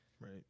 right